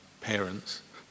parents